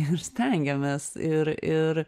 ir stengiamės ir ir